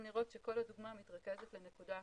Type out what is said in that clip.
לראות שכל הדוגמה מתרכזת לנקודה אחת,